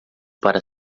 para